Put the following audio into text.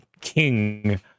king